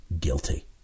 Guilty